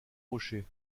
rochers